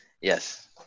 Yes